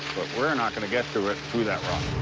but we're not gonna get to it through that rock.